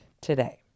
today